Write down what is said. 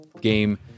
game